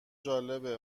جالبه